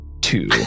two